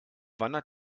wandert